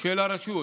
של הרשות.